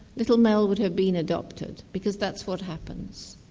little mel would have been adopted because that's what happens,